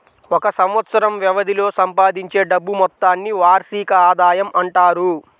ఒక సంవత్సరం వ్యవధిలో సంపాదించే డబ్బు మొత్తాన్ని వార్షిక ఆదాయం అంటారు